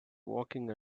walking